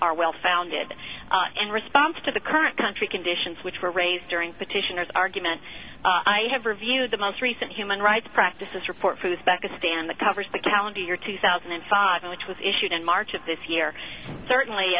are well founded in response to the current country conditions which were raised during petitioners argument i have reviewed the most recent human rights practices report whose back a stand that covers the calendar year two thousand and five which was issued in march of this year certainly